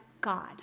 God